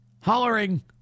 hollering